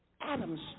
Adam's